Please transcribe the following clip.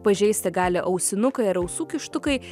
pažeisti gali ausinukai ar ausų kištukai